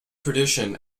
tradition